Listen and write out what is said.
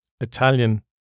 Italian